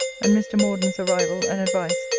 and mr. morden's arrival and advice,